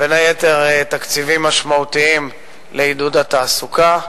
בין היתר, תקציבים משמעותיים לעידוד התעסוקה,